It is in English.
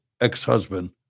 ex-husband